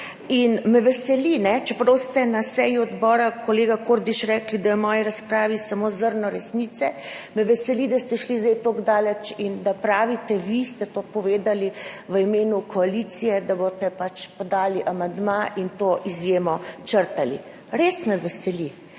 in me veseli, čeprav ste na seji odbora, kolega Kordiš, rekli, da je v moji razpravi samo zrno resnice, me veseli, da ste šli zdaj tako daleč in da pravite, vi ste to povedali v imenu koalicije, da boste podali amandma in to izjemo črtali. Res me veseli.